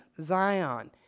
Zion